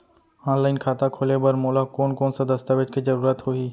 Online खाता खोले बर मोला कोन कोन स दस्तावेज के जरूरत होही?